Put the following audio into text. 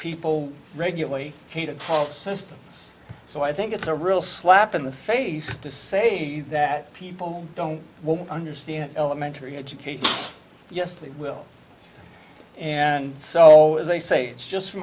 people regularly kind of whole system so i think it's a real slap in the face to say that people don't understand elementary education yes they will and so they say it's just f